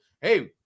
Hey